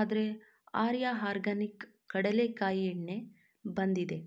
ಆದರೆ ಆರ್ಯ ಆರ್ಗ್ಯಾನಿಕ್ ಕಡಲೆಕಾಯಿ ಎಣ್ಣೆ ಬಂದಿದೆ